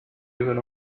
even